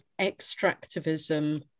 extractivism